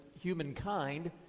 humankind